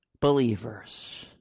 believers